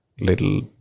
little